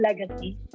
legacy